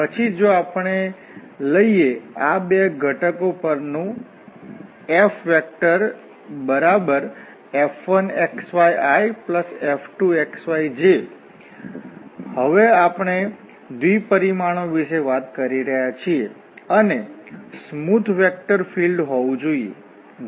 તેથી પછી જો આપણે લઈએ આ બે ઘટકો પરનું FF1xyiF2xyj આપણે હવે દ્વિ પરિમાણો વિશે વાત કરી રહ્યા છીએ અને સ્મૂથ વેક્ટર ફિલ્ડ હોવું જોઈએ